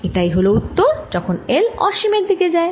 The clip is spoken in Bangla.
এটাই হল উত্তর যখন L অসীমের দিকে যায়